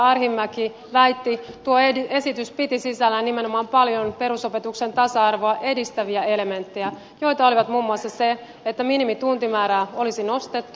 arhinmäki väitti tuo esitys piti sisällään nimenomaan paljon perusopetuksen tasa arvoa edistäviä elementtejä joita olivat muun muassa se että minimituntimäärää olisi nostettu